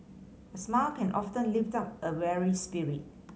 a smile can often lift up a weary spirit